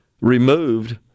removed